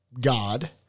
God